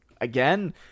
again